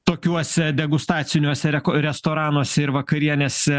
tokiuose degustaciniuose reko restoranuose ir vakarienėse